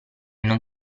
non